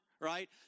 right